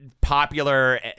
popular